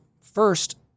first